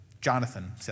Jonathan